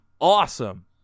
awesome